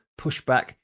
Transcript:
pushback